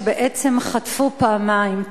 שבעצם חטפו פעמיים,